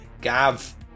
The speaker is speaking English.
Gav